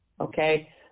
okay